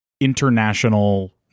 international